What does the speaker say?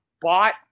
bought